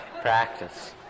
practice